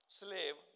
slave